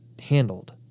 handled